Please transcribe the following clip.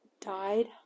died